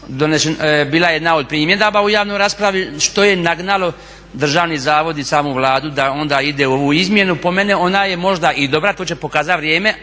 bila jedna od primjedaba u javnoj raspravi što je nagnalo državni zavod i samu Vladu da onda ide u ovu izmjenu. Po meni ona je možda i dobra, to će pokazati vrijeme,